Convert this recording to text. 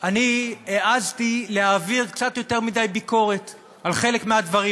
אני העזתי להעביר קצת יותר מדי ביקורת על חלק מהדברים,